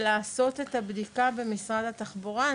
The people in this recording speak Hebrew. ולעשות את הבדיקה במשרד התחבורה.